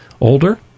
older